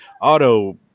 auto